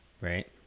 right